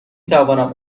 توانم